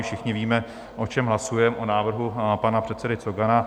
Všichni víme, o čem hlasujeme: o návrhu pana předsedy Cogana.